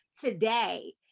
today